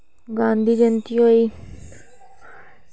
गांधी जंयती होई